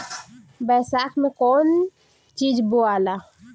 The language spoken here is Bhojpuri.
बैसाख मे कौन चीज बोवाला?